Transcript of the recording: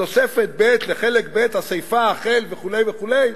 בתוספת (ב) לחלק ב', הסיפא, החל, וכו', וכו'.